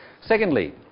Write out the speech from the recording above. Secondly